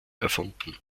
erfunden